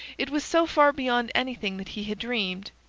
it was so far beyond anything that he had dreamed,